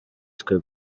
twe